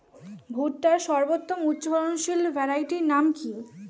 ভুট্টার সর্বোত্তম উচ্চফলনশীল ভ্যারাইটির নাম কি?